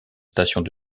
stations